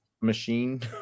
machine